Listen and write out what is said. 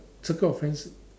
circle of friends